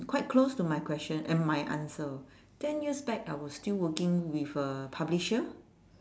quite close to my question and my answer ten years back I was still working with a publisher